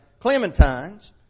Clementines